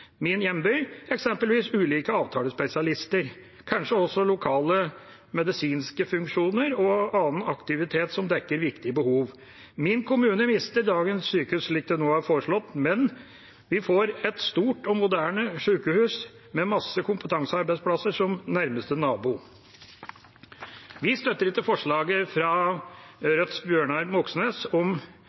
min hjemby – eksempelvis ulike avtalespesialister, kanskje også lokale medisinske funksjoner og annen aktivitet som dekker viktige behov. Min kommune mister dagens sykehus slik det nå er foreslått, men vi får et stort og moderne sykehus med masse kompetansearbeidsplasser som nærmeste nabo. Vi støtter ikke forslaget fra Rødts Bjørnar Moxnes om